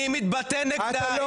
אני מתבטא נגדה,